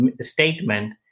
statement